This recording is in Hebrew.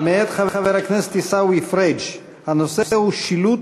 מאת חבר הכנסת עיסאווי פריג' בנושא: שילוט